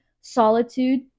solitude